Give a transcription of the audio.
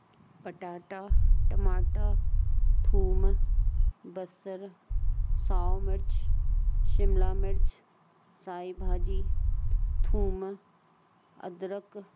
टमाटा थूम बसर साओ मिर्चु शिमला मिर्चु साई भाजी थूम अदरक